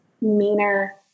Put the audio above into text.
meaner